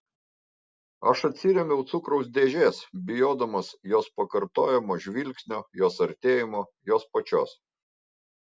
aš atsirėmiau cukraus dėžės bijodamas jos pakartojamo žvilgsnio jos artėjimo jos pačios